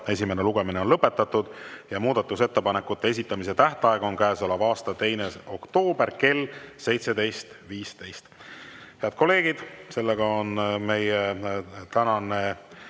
Esimene lugemine on lõpetatud. Muudatusettepanekute esitamise tähtaeg on selle aasta 2. oktoober kell 17.15. Head kolleegid, meie tänane